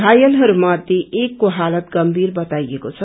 घायलहरू मध्ये एकको हालत गम्भीर बताईएको छ